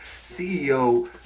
CEO